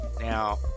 Now